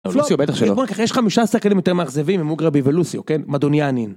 לוסיו בטח שלא, יש לך 12 קלים יותר מאכזבים ממוג רבי ולוסיו, כן? מדוני ענין.